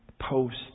post